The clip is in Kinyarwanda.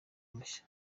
mushya